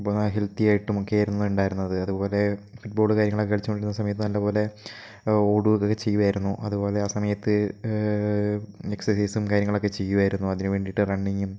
ഇപ്പോൾ ഹെൽത്തിയായിട്ടും ഒക്കെയായിരുന്നു ഉണ്ടായിരുന്നത് അതുപോലെ ഫുട്ബോള് കാര്യങ്ങളൊക്കെ കളിച്ചു കൊണ്ടിരുന്ന സമയത്ത് നല്ലപോലെ ഓടുക ഒക്കെ ചെയ്യുവായിരുന്നു അതുപോലെ ആ സമയത്ത് എക്സസൈസും കാര്യങ്ങളൊക്കെ ചെയ്യുവായിരുന്നു അതിനു വേണ്ടിട്ട് റണ്ണിങ്ങും